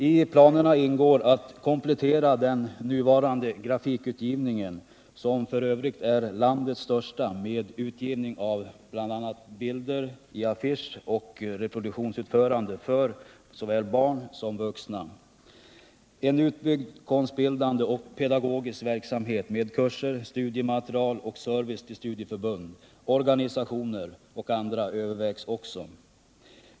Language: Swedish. I planerna ingår att komplettera den nuvarande grafikutgivningen, som f. ö. är landets största, med utgivning av bl.a. bilder i affischoch reproduktionsutförande för såväl barn som vuxna. En utbyggd konstbildande och pedagogisk verksamhet med kurser, studiematerial och service till studieförbund, organisationer och andra övervägs också.